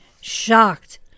shocked